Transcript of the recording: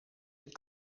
het